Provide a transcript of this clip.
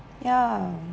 ya